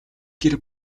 гэр